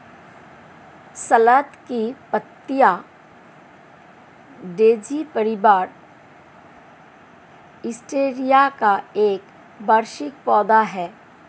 सलाद की पत्तियाँ डेज़ी परिवार, एस्टेरेसिया का एक वार्षिक पौधा है